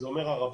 זה אומר ערבית,